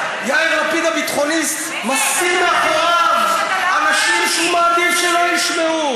יאיר לפיד הביטחוניסט מסתיר מאחוריו אנשים שהוא מעדיף שלא ישמעו.